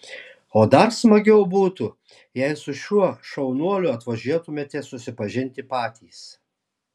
o dar smagiau būtų jei su šiuo šaunuoliu atvažiuotumėte susipažinti patys